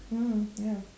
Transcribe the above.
mm ya